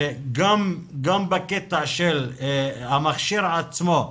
גם בקטע של המכשיר עצמו,